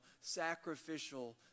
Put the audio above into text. sacrificial